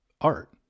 art